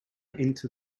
into